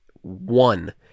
one